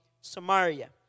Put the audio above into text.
Samaria